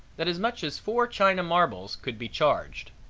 that as much as four china marbles could be charged.